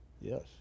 Yes